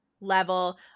level